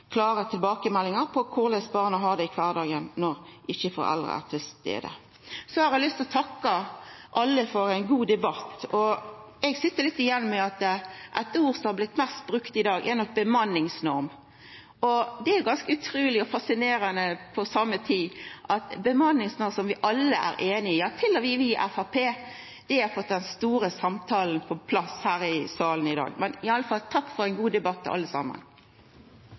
har lyst til å takka alle for ein god debatt. Eg sit litt igjen med at ordet som har blitt mest brukt i dag, er nok «bemanningsnorm». Det er ganske utruleg, og fascinerande på same tid, at ei bemanningsnorm som vi alle er einig i – til og med vi i Framstegspartiet – har fått den store samtala på plass her i salen i dag. I alle fall: Takk for ein god debatt, alle saman.